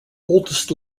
oldest